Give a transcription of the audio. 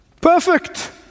perfect